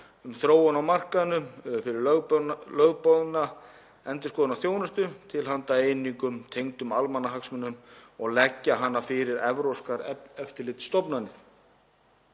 um þróun á markaðnum fyrir lögboðna endurskoðunarþjónustu til handa einingum tengdum almannahagsmunum og leggja hana fyrir evrópskar eftirlitsstofnanir.